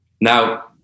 Now